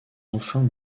enfin